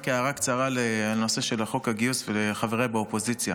רק הערה קצרה לנושא של חוק הגיוס וחבריי באופוזיציה.